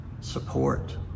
support